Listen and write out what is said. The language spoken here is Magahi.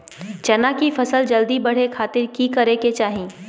चना की फसल जल्दी बड़े खातिर की करे के चाही?